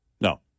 No